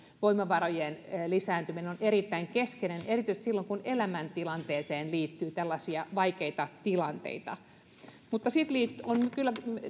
voimavarojen lisääntyminen on erittäin keskeistä erityisesti silloin kun elämäntilanteeseen liittyy tällaisia vaikeita asioita mutta sitten on kyllä